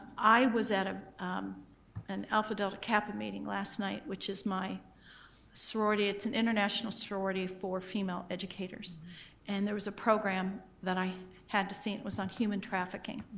i was at ah um an alpha delta kappa meeting last night, which is my sorority, it's an international sorority for female educators and there was a program that i had to see and it was on human trafficking.